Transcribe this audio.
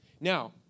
now